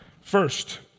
First